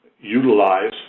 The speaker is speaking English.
utilize